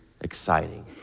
exciting